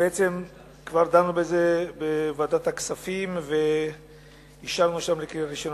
ובעצם כבר דנו בזה בוועדת הכספים ואישרנו שם לקריאה ראשונה.